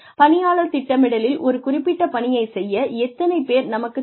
பணியாளர் திட்டமிடலில் ஒரு குறிப்பிட்ட பணியைச் செய்ய எத்தனை பேர் நமக்குத் தேவை